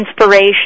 inspiration